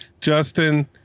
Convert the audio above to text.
justin